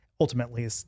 ultimately